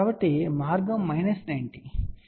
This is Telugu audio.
కాబట్టి మార్గం మైనస్ 90